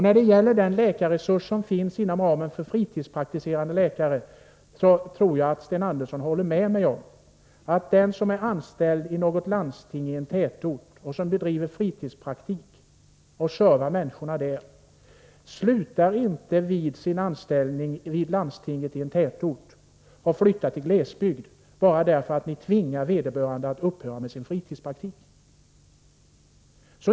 När det gäller den läkarresurs som finns inom ramen för fritidspraktikerna, tror jag Sten Andersson håller med mig om att den som är anställd i något landsting i en tätort och bedriver en fritidspraktik och servar människorna där inte slutar sin anställning vid landstinget och flyttar till glesbygd bara därför att ni tvingar vederbörande att upphöra med sin fritidspraktik.